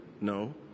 No